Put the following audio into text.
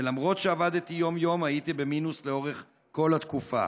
ולמרות שעבדתי יום-יום הייתי במינוס לאורך כל התקופה.